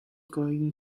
going